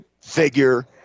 figure